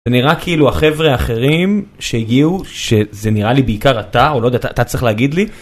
נראה כאילו החבר'ה האחרים שהגיעו שזה נראה לי בעיקר אתה עוד אתה צריך להגיד לי.